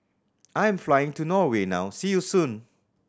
I'm flying to Norway now see you soon